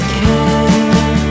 care